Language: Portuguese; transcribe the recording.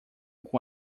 com